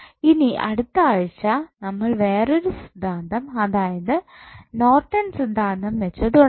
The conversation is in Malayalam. ഇനി അടുത്ത ആഴ്ച നമ്മൾ വേറൊരു സിദ്ധാന്തം അതായത് നോർട്ടൻ സിദ്ധാന്തം വെച്ച് തുടങ്ങാം